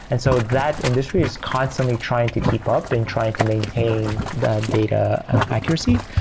and so that industry is constantly trying to keep up and trying to maintain the data accuracy,